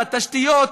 בתשתיות,